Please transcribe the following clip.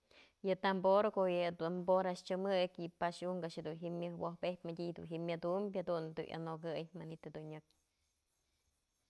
Yë tamborko'o yë tambor a'ax chëmëk yë pax unk a'ax dun ji'im myaj woj pep'pyë madyë jedun ji'im myëdum jadun dun yanokëy.